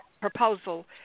proposal